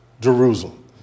Jerusalem